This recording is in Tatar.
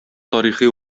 тарихи